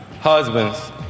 husbands